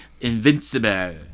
invincible